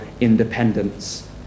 independence